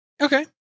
Okay